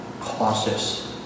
causes